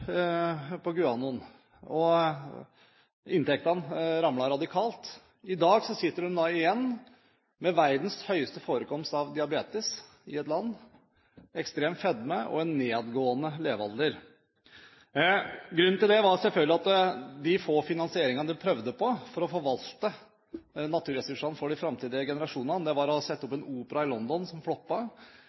på guanoen, og inntektene ramlet radikalt. I dag sitter de igjen med verdens høyeste forekomst av diabetes, ekstrem fedme og en synkende levealder. Grunnen til det var selvfølgelig at de få finansieringene de prøvde seg på for å forvalte naturressursene – for de fremtidige generasjonene – var å sette opp en opera i London, som